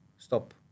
Stop